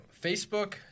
Facebook